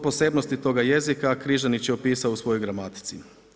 Posebnosti toga jezika Križanić je opisao u svojoj gramatici.